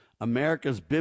America's